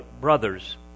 brothers